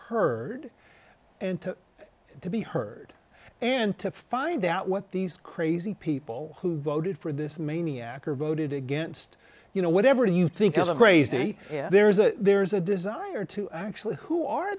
heard and to to be heard and to find out what these crazy people who voted for this maniac or voted against you know whatever you think is a crazy there is a there's a desire to actually who are